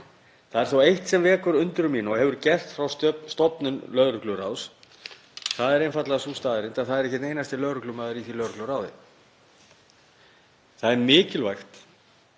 Það er þó eitt sem vekur undrun mína og hefur gert frá stofnun lögregluráðs, það er einfaldlega sú staðreynd að ekki er einn einasti lögreglumaður í því lögregluráði. Það er mikilvægt